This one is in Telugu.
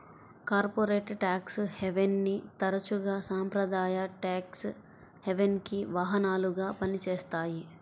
కార్పొరేట్ ట్యాక్స్ హెవెన్ని తరచుగా సాంప్రదాయ ట్యేక్స్ హెవెన్కి వాహనాలుగా పనిచేస్తాయి